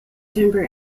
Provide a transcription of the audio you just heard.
timber